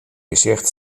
gesicht